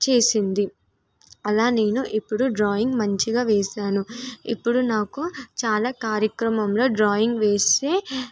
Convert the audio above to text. చేసింది అలా నేను ఇప్పుడు డ్రాయింగ్ మంచిగా వేసాను ఇప్పుడు నాకు చాలా కార్యక్రమంలో డ్రాయింగ్ వేస్తే